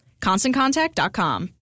ConstantContact.com